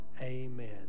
Amen